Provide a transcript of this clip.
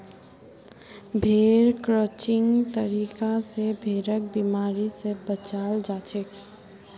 भेड़ क्रचिंग तरीका स भेड़क बिमारी स बचाल जाछेक